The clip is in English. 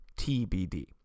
TBD